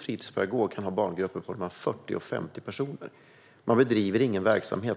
fritidspedagog tyvärr ha barngrupper på mellan 40 och 50 personer. Man bedriver ingen verksamhet.